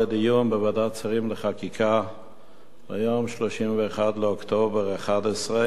שרים לחקיקה ביום 31 באוקטובר 2011 ונדחתה.